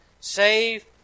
save